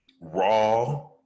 raw